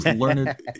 learned